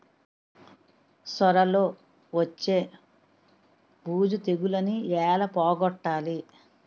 సొర లో వచ్చే బూజు తెగులని ఏల పోగొట్టాలి?